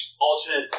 alternate